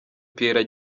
pierrot